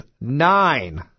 nine